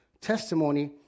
testimony